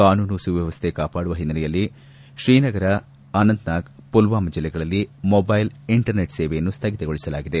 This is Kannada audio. ಕಾನೂನು ಸುವ್ದವಸ್ಥೆ ಕಾಪಾಡುವ ಹಿನ್ನೆಲೆಯ ಕ್ರಮವಾಗಿ ಶ್ರೀನಗರ ಅನಂತನಾಗ್ ಪುಲ್ವಾಮಾ ಜಿಲ್ಲೆಗಳಲ್ಲಿ ಮೊಬೈಲ್ ಇಂಟರ್ ನೆಟ್ ಸೇವೆಯನ್ನು ಸ್ಲಗಿತಗೊಳಿಸಲಾಗಿದೆ